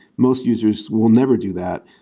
most users will never do that.